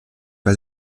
pas